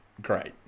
great